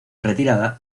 retirada